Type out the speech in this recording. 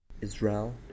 Israel